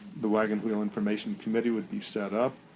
the wagon wheel information committee would be set up